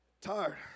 tired